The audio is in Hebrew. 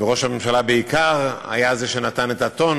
וראש הממשלה בעיקר היה זה שנתן את הטון